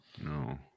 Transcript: no